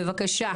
בבקשה.